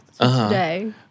today